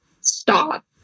stop